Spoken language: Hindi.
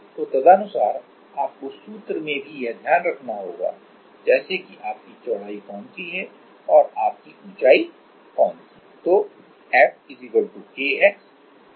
तो तदनुसार आपको सूत्र में भी यह ध्यान रखना होगा जैसे कि आपकी चौड़ाई कौन सी है और आपकी ऊंचाई कौन सी है